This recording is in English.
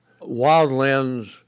wildlands